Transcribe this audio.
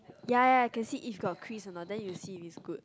ya ya ya can see got squiz or not then you see if good